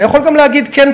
אני יכול גם להגיד: כן,